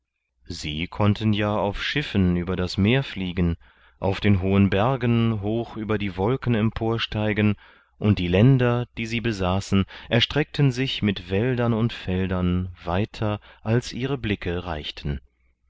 sie konnten ja auf schiffen über das meer fliegen auf den hohen bergen hoch über die wolken emporsteigen und die länder die sie besaßen erstreckten sich mit wäldern und feldern weiter als ihre blicke reichten